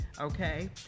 Okay